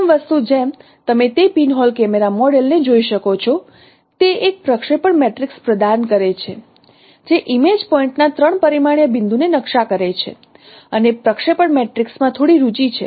પ્રથમ વસ્તુ જેમ તમે તે પિનહોલ કેમેરા મોડેલ ને જોઈ શકો છો તે એક પ્રક્ષેપણ મેટ્રિક્સ પ્રદાન કરે છે જે ઇમેજ પોઇન્ટ ના 3 પરિમાણીય બિંદુને નકશા કરે છે અને પ્રક્ષેપણ મેટ્રિક્સમાં થોડી રુચિ છે